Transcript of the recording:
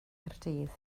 caerdydd